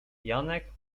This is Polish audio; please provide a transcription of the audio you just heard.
janek